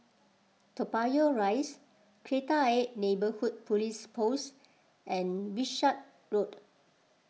Toa Payoh Rise Kreta Ayer Neighbourhood Police Post and Wishart Road